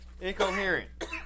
Incoherent